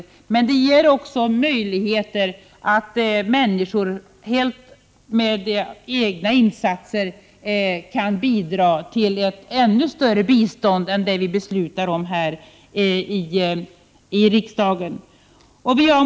På detta sätt får människor också möjligheter att helt med egna insatser bidra till ett ännu större bistånd än det som beslutas här i riksdagen.